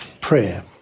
prayer